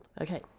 Okay